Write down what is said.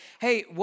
hey